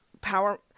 power